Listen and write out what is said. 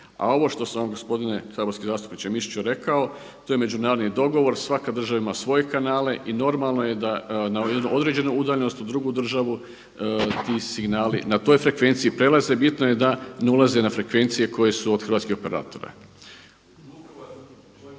A ovo što sam gospodine saborski zastupniče Mišiću rekao to je međunarodni dogovor. Svaka država ima svoje kanale i normalno je da na jednoj normalnoj udaljenosti u drugu državu ti signali na toj frekvenciji prelaze. Bitno je da ne ulaze na frekvencije koje su od hrvatskih operatora.